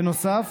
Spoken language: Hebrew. בנוסף,